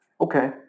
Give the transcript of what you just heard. Okay